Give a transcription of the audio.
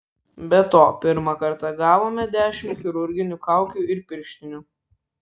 be to pirmą kartą gavome dešimt chirurginių kaukių ir pirštinių